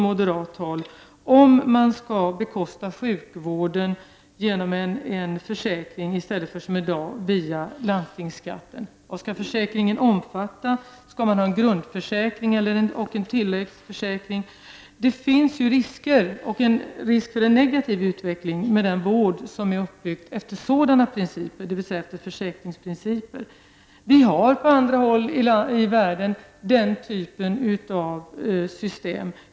Skall man bekosta sjukvården genom en försäkring i stället för som i dag via landstingsskatten? Vad skall försäkringen omfatta? Skall det vara en grundförsäkring och en tilläggsförsäkring? Det finns risk för den negativ utveckling med den vård som är uppbyggd efter sådana principer, dvs. efter försäkringsprinciper. Vi har på andra håll i världen den typen av system.